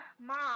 mom